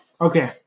Okay